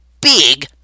Big